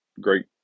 great